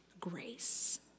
grace